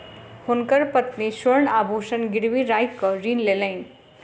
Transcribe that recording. हुनकर पत्नी स्वर्ण आभूषण गिरवी राइख कअ ऋण लेलैन